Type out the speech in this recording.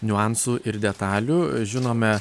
niuansų ir detalių žinome